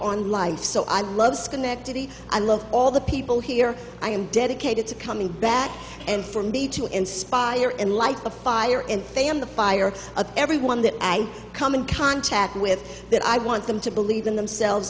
on life so i love schenectady and love all the people here i am dedicated to coming back and for me to inspire and light a fire and i am the fire of everyone that i come in contact with that i want them to believe in themselves